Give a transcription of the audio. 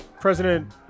President